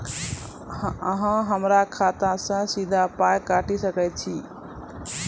अहॉ हमरा खाता सअ सीधा पाय काटि सकैत छी?